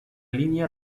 línea